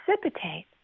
precipitate